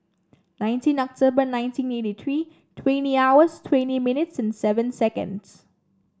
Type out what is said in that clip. nineteen October nineteen eighty three twenty hours twenty minutes and seven seconds